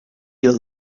your